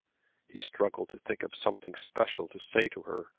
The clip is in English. he struggled to think of something special to say to her,